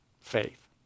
faith